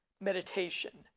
meditation